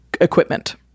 equipment